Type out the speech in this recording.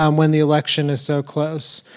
um when the election is so close,